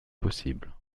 possible